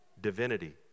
divinity